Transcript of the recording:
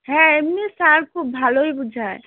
হ্যাঁ এমনি স্যার খুব ভালোই বোঝায়